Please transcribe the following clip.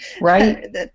right